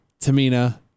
Tamina